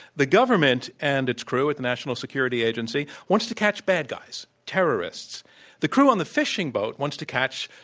the government and its crew at the national security agency wants to catch bad guys, terrorists the crew on the fishing boat wants to catch,